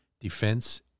defense